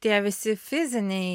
tie visi fiziniai